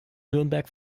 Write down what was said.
nürnberg